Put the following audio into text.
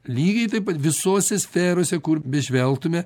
lygiai taip pat visose sferose kur bežvelgtume